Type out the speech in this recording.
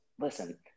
listen